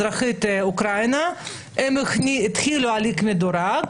הם התחילו הליך מדורג,